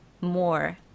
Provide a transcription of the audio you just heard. more